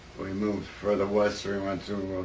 we moved further west. we went to